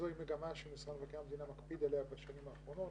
זוהי מגמה שמשרד מבקר המדינה מקפיד עליה בשנים האחרונות,